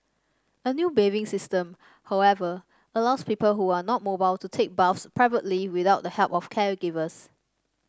a new bathing system however allows people who are not mobile to take baths privately without the help of caregivers